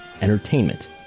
Entertainment